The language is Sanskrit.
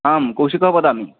आं कौशिकः वदामि